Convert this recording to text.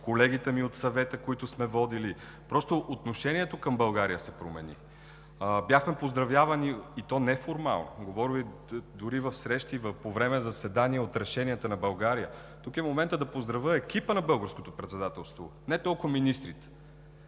колегите ми от Съвета, които сме водили. Просто отношението към България се промени. Бяхме поздравявани и то не формално. Говоря дори за срещи по време на заседания от решенията на България. Тук е моментът да поздравя екипа на Българското председателство, не толкова министрите.